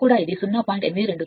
829 250